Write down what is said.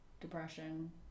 depression